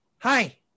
hi